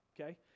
okay